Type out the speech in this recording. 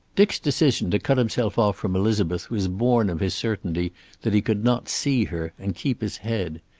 dick's decision to cut himself off from elizabeth was born of his certainty that he could not see her and keep his head.